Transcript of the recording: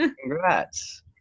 Congrats